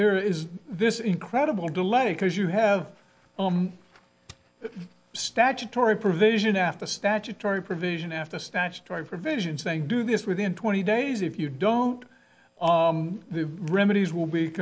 there is this incredible delay because you have a statutory provision after statutory provision after statutory provision saying do this within twenty days if you don't the remedy is will be